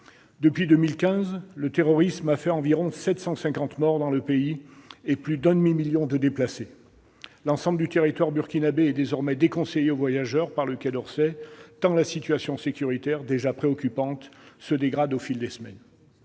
Depuis 2015, le terrorisme a fait environ 750 morts dans le pays et plus d'un demi-million de déplacés. L'ensemble du territoire burkinabé est désormais déconseillé aux voyageurs par le Quai d'Orsay tant la situation sécuritaire, déjà très préoccupante, se dégrade au fil des semaines.